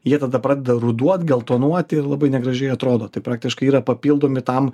jie tada pradeda ruduot geltonuoti ir labai negražiai atrodo tai praktiškai yra papildomi tam